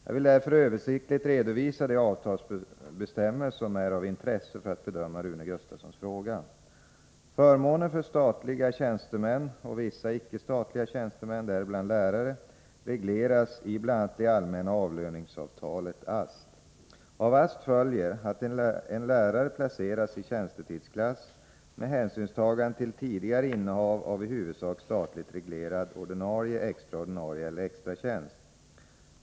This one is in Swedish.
Jag vill därför översiktligt redovisa de avtalsbestämmelser som är av intresse för att bedöma Rune Gustavssons fråga. Förmåner för statliga tjänstemän och vissa icke-statliga tjänstemän — däribland lärare — regleras i bl.a. det allmänna avlöningsavtalet, AST. Av AST följer att en lärare placeras i tjänstetidsklass/ålderstilläggsklass med hänsynstagande till tidigare innehav av i huvudsak statligt reglerad ordinarie, extra ordinarie eller extra tjänst.